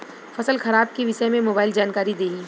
फसल खराब के विषय में मोबाइल जानकारी देही